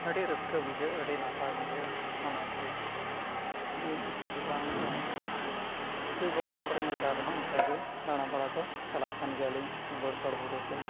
ᱟᱹᱰᱤ ᱨᱟᱹᱥᱠᱟᱹ ᱵᱩᱡᱷᱟᱹᱜᱼᱟ ᱟᱹᱰᱤ ᱱᱟᱯᱟᱭ ᱵᱩᱡᱷᱟᱜᱼᱟ ᱚᱱᱟᱛᱮ ᱫᱤᱱ ᱩᱛᱟᱹᱨ ᱵᱟᱝ ᱨᱮᱦᱚᱸᱜᱮ ᱫᱩᱭ ᱵᱚᱛᱥᱚᱨ ᱯᱚᱨᱮ ᱢᱤᱫ ᱫᱷᱟᱣ ᱨᱮᱦᱚᱸ ᱚᱱᱠᱟ ᱜᱮ ᱫᱟᱬᱟ ᱵᱟᱲᱟ ᱫᱚ ᱪᱟᱞᱟᱜ ᱠᱟᱱ ᱜᱮᱭᱟᱞᱤᱧ ᱥᱤᱵᱳᱲ ᱯᱟᱲ ᱵᱩᱨᱩ ᱥᱮᱱ